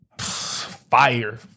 Fire